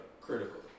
critical